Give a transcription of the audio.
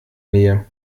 nähe